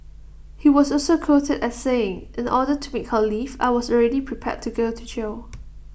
he was also quoted as saying in order to make her leave I was already prepared to go to jail